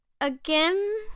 again